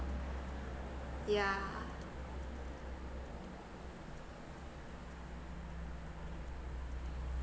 yeah